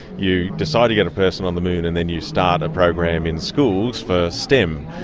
you decide to get a person on the moon, and then you start a program in schools for stem.